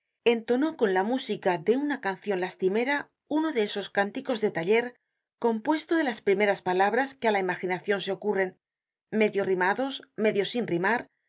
fameuil entonó con la música de una cancion lastimera uno de esos cánticos de taller compuesto de las primeras palabras que á la imaginacion se ocurren medio rimados medio sin rimar